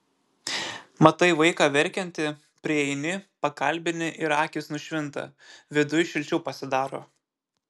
matai vaiką verkiantį prieini pakalbini ir akys nušvinta viduj šilčiau pasidaro